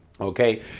Okay